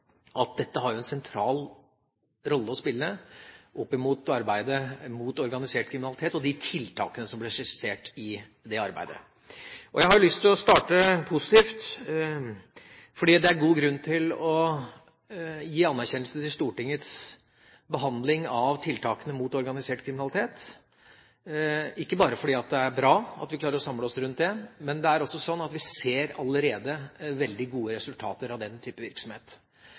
at dette har en sentral rolle å spille i arbeidet mot organisert kriminalitet og i de tiltakene som blir skissert i det arbeidet. Jeg har lyst til å starte positivt, for det er god grunn til å gi anerkjennelse til Stortingets behandling av tiltakene mot organisert kriminalitet, ikke bare fordi det er bra at vi klarer å samle oss rundt det, men også fordi vi allerede ser veldig gode resultater av den